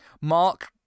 Mark